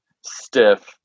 stiff